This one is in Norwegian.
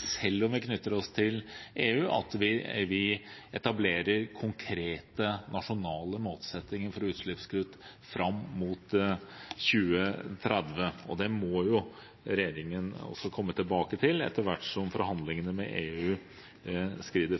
selv om vi knytter oss til EU, at vi etablerer konkrete nasjonale målsettinger for utslippskutt fram mot 2030. Det må jo regjeringen også komme tilbake til etter hvert som forhandlingene med EU skrider